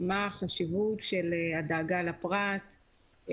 מה החשיבות של הדאגה לפרט,